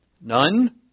None